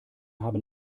haben